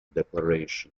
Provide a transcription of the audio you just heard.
declaration